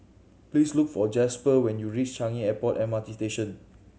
please look for Jasper when you reach Changi Airport M R T Station